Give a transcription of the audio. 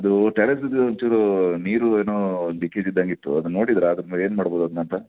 ಅದೂ ಟೆರೇಸಿದು ಒಂಚೂರು ನೀರು ಏನೋ ಲೀಕೇಜ್ ಇದ್ದಂಗೆ ಇತ್ತು ಅದು ನೋಡಿದರಾ ಅದನ್ನ ಏನು ಮಾಡ್ಬೋದು ಅದ್ನ ಅಂತ